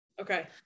Okay